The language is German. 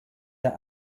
der